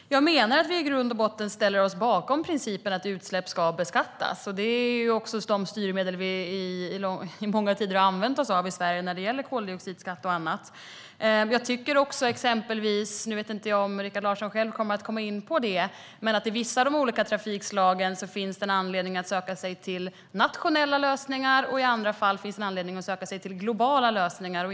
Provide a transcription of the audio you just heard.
Herr talman! Jag menar att vi i grund och botten ställer oss bakom principen att utsläpp ska beskattas. Det är också sådana styrmedel vi i många tider har använt oss av i Sverige när det gäller koldioxidskatt och annat. Nu vet jag inte om Rikard Larsson själv kommer att komma in på detta, men i fråga om vissa av de olika trafikslagen finns det en anledning att söka sig till nationella lösningar. I andra fall finns en anledning att söka sig till globala lösningar.